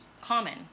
common